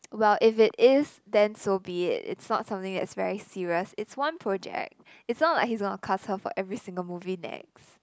well if it is then so be it it's not something that's very serious it's one project it's not like he's gonna cast her for every single movie next